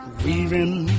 weaving